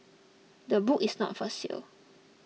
the book is not for sale